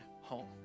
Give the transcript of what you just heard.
home